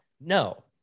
no